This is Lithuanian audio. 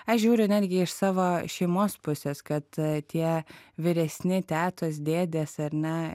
aš žiūriu netgi iš savo šeimos pusės kad tie vyresni tetos dėdės ar ne